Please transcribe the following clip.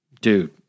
Dude